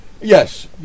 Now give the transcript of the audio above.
Yes